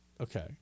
Okay